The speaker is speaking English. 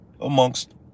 amongst